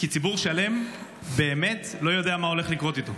כי ציבור שלם באמת לא יודע מה הולך לקרות איתו.